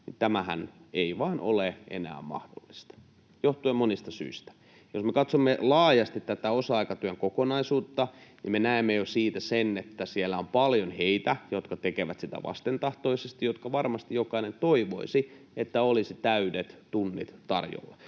tämähän ei vain ole enää mahdollista johtuen monista syistä. Jos me katsomme laajasti tätä osa-aikatyön kokonaisuutta, niin me näemme jo siitä sen, että siellä on paljon niitä, jotka tekevät sitä vastentahtoisesti ja joista varmasti jokainen toivoisi, että olisi täydet tunnit tarjolla.